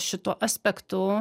šituo aspektu